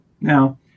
Now